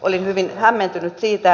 olin hyvin hämmentynyt siitä